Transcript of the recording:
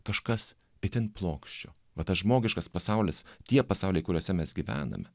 kažkas itin plokščio va tas žmogiškas pasaulis tie pasauliai kuriuose mes gyvename